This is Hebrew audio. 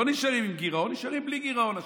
לא נשארים עם גירעון, נשארים בלי גירעון השנה.